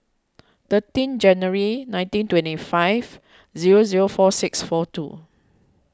thirteen January nineteen twenty five zero zero four six four two